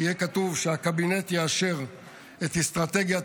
יהיה כתוב שהקבינט יאשר את אסטרטגיית